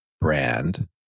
brand